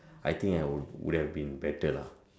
I think I would would have been better lah